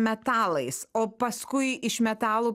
metalais o paskui iš metalų